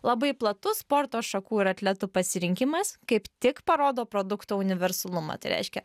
labai platus sporto šakų ir atletų pasirinkimas kaip tik parodo produkto universalumą tai reiškia